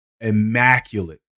immaculate